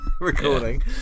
recording